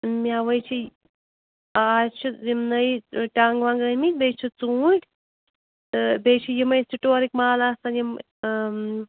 میٚوٕے چھِ اَز چھِ زٕ نٔے ٹَنٛگ وَنٛگ آمِتۍ بیٚیہِ چھِ ژوٗنٛٹھۍ تہٕ بیٚیہِ چھِ یِمٕے سِٹورٕکۍ مال آسان یِم